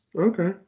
Okay